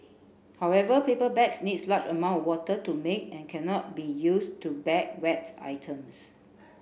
however paper bags need large amount of water to make and cannot be used to bag wet items